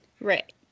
Right